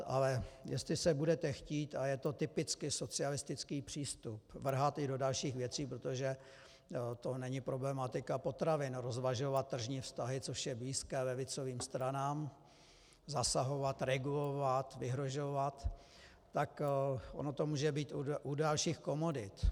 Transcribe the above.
Ale jestli se budete chtít a je to typicky socialistický přístup vrhat i do dalších věcí, protože to není problematika potravin rozvažovat tržní vztahy, což je blízké levicovým stranám zasahovat, regulovat, vyhrožovat, tak ono to může být u dalších komodit.